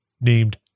named